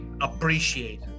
appreciate